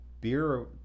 beer